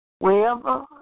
Wherever